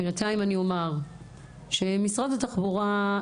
בינתיים אני אומר שמשרד התחבורה,